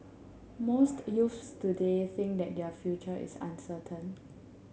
most youths today think that their future is uncertain